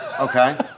Okay